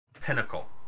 pinnacle